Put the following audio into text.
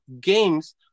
games